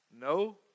no